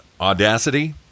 audacity